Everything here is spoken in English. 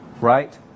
Right